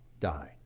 die